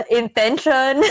intention